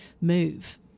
move